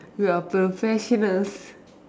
we are professionals